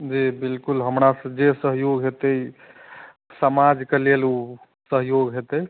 जी बिल्कुल हमरा सऽ जे सहयोग हेतै समाज के लेल ओ सहयोग हेतै